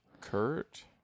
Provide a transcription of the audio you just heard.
Kurt